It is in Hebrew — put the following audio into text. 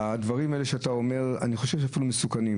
אני חושב שהדברים שאתה אומר אפילו מסוכנים.